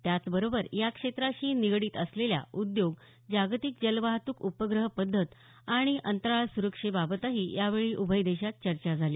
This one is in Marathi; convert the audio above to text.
त्याचबरोबर या क्षेत्राशी निगडीत असलेल्या उद्योग जागतिक जलवाहतूक उपग्रह पद्धत आणि अंतराळ सुरक्षेबाबतही यावेळी उभय देशांत चर्चा झाली